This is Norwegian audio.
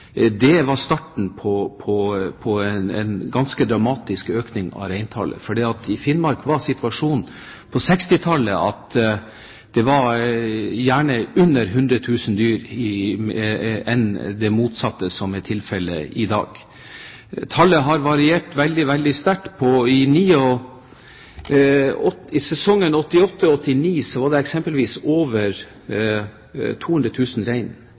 Det var starten på en ganske dramatisk økning av reintallet, for i Finnmark på 1960-tallet var situasjonen den at det gjerne var mindre enn 100 000 dyr, færre enn det som er tilfellet i dag. Tallet har variert veldig sterkt. I sesongen 1988/1989 var eksempelvis antallet rein